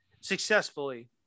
successfully